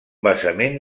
basament